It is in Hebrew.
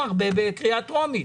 יועבר בקריאה טרומית.